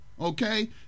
okay